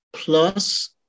plus